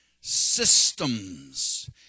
systems